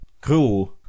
crew